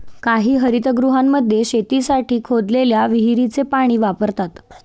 काही हरितगृहांमध्ये शेतीसाठी खोदलेल्या विहिरीचे पाणी वापरतात